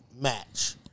match